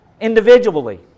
Individually